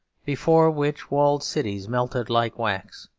before which walled cities melted like wax,